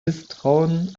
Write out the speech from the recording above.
misstrauen